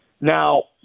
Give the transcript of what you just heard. Now